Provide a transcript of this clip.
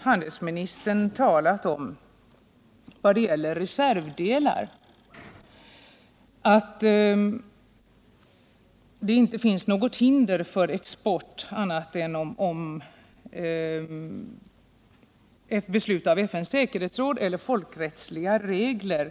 Handelsministern framhåller i sitt svar att det inte finns något hinder för export av reservdelar annat än beslut av FN:s säkerhetsråd eller folkrättsliga regler.